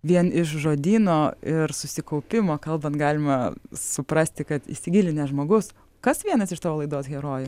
vien iš žodyno ir susikaupimo kalbant galima suprasti kad įsigilinęs žmogus kas vienas iš tavo laidos herojų